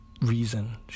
reason